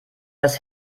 das